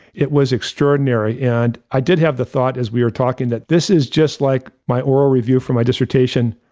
it was extraordinary. and i did have the thought as we were talking that this is just like my oral review for my dissertation,